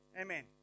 Amen